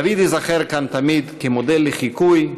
דוד ייזכר כאן תמיד כמודל לחיקוי,